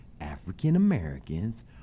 African-Americans